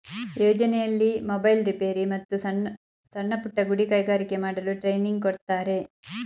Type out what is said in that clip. ಯೋಜನೆಯಲ್ಲಿ mobile repair, ಮತ್ತು ಸಣ್ಣಪುಟ್ಟ ಗುಡಿ ಕೈಗಾರಿಕೆ ಮಾಡಲು ಟ್ರೈನಿಂಗ್ ಕೊಡ್ತಾರೆ